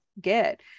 get